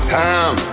time